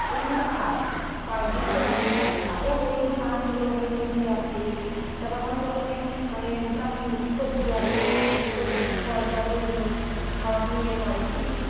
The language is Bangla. এইগুলো তো খায় পা দিলে তো পাখি খায় এবার ওইগুলো না খেলে ধরো রুটি আছে তারপর অনেক রকমের মানে যেরকম সবজি আছে সবজি ফল টল ওইগুলো খাওয়ার জন্য ইয়ে করে কিন্তু